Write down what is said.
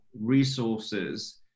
resources